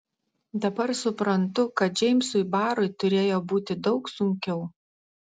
dabar suprantu kad džeimsui barui turėjo būti daug sunkiau